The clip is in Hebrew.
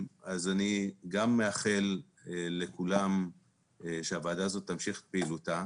אני מאחל לכולם שהוועדה הזאת תמשיך בפעילותה.